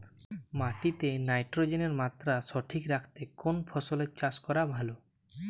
মাটিতে নাইট্রোজেনের মাত্রা সঠিক রাখতে কোন ফসলের চাষ করা ভালো?